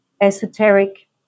esoteric